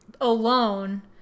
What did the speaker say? alone